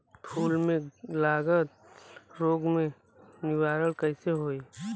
फूल में लागल रोग के निवारण कैसे होयी?